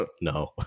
No